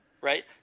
Right